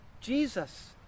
Jesus